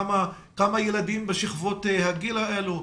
כמה ילדים בשכבות הגיל האלו.